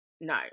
No